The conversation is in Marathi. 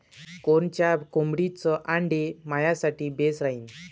कोनच्या कोंबडीचं आंडे मायासाठी बेस राहीन?